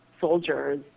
soldiers